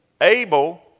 Abel